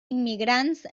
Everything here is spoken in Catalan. immigrants